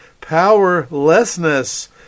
powerlessness